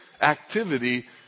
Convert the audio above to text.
activity